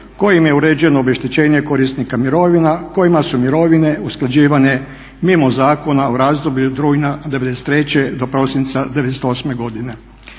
kojim je uređeno obeštećenje korisnika mirovina kojima su mirovine usklađivane mimo zakona u razdoblju od rujna '93. do prosinca '98. godine.